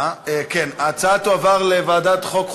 ההצעה תועבר לוועדת החוקה,